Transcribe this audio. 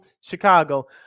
Chicago